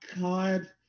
god